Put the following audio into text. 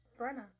Brenna